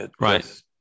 Right